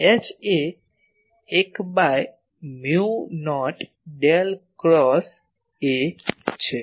H એ 1 ભાગ્યા મ્યુ નોટ ડેલ ક્રોસ A છે